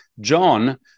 John